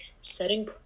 setting